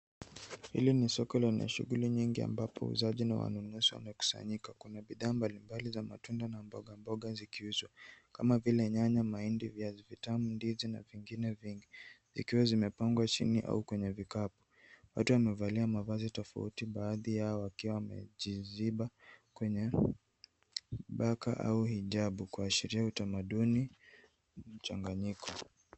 Hili ni soko lenye shughuli nyingi ambapo wauzaji na wanunuzi wamekusanyika kwenye bidhaa mbalimbali za matunda na mboga mboga zikiuzwa kama vile nyanya, mahindi, viazi vitamu, ndizi na vingine vingi vikiwa zimepangwa chini au kwenye vikapu. Wote wamevalia mavazi tofauti baadhi yao wakiwa wamejiziba kwenye baka au hijabu kuashiria utamaduni na mchanganyiko.